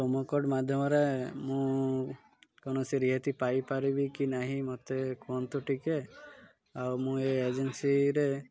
promo code ମାଧ୍ୟମରେ ମୁଁ କୌଣସି ରିହାତି ପାଇପାରିବି କି ନାହିଁ ମୋତେ କୁହନ୍ତୁ ଟିକେ ଆଉ ମୁଁ ଏ ଏଜେନ୍ସିରେ